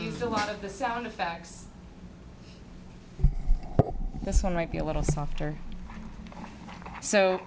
used a lot of the sound of facts this one might be a little softer so